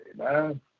Amen